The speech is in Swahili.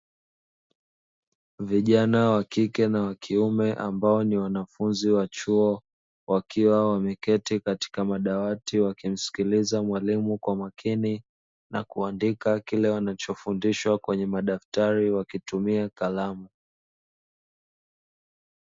Vijana wa kike na wa kiume ambao ni wanafunzi wa chuo wakiwa wameketi katika madawati wakimsikiliza mwalimu kwa makini, na kuandika kile wanachofundishwa kwenye madaftari wakitumia kalamu.